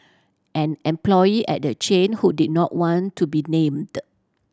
an employee at the chain who did not want to be named